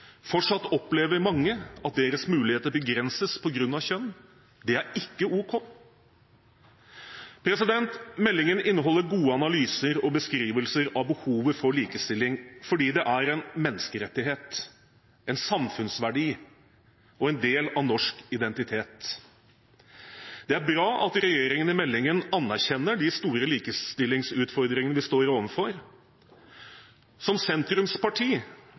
Fortsatt opplever mange at deres muligheter begrenses på grunn av kjønn. Det er ikke ok. Meldingen inneholder gode analyser og beskrivelser av behovet for likestilling, fordi det er en menneskerettighet, en samfunnsverdi og en del av norsk identitet. Det er bra at regjeringen i meldingen anerkjenner de store likestillingsutfordringene vi står overfor. Som sentrumsparti